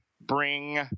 bring